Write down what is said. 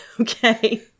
Okay